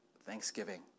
thanksgiving